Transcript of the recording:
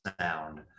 sound